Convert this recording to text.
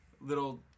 Little